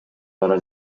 бара